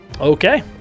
Okay